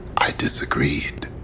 i disagreed.